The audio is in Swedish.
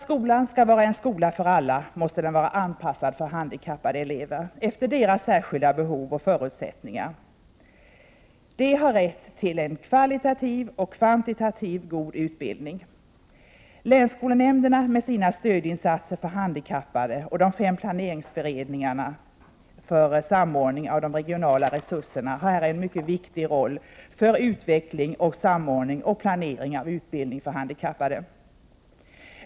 Skolan måste vara anpassad för handikappade elevers särskilda behov och förutsättningar för att skolan skall vara en skola för alla. De har rätt till en kvalitativt och kvantitativt god utbildning. Länsskolnämnderna med sina stödinsatser för handikappade och de fem planeringsberedningarna för samordning av de regionala resurserna spelar här en mycket viktig roll för utveckling, samordning och planering av utbildning för handikappade.